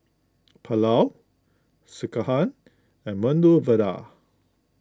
Pulao Sekihan and Medu Vada